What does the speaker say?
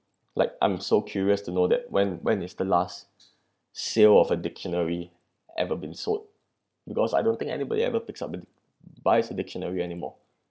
like I'm so curious to know that when when is the last sale of a dictionary ever been sold because I don't think anybody ever picks up a~ buys a dictionary anymore